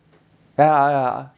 ya ya